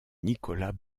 nicolas